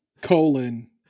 colon